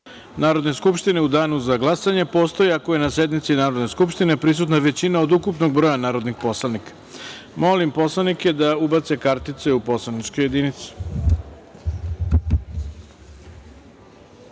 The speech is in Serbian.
Narodne skupštine u Danu za glasanje postoji ako je na sednici Narodne skupštine prisutna većina od ukupnog broja narodnih poslanika. Molim poslanike da ubace kartice u poslaničke